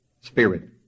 spirit